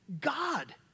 God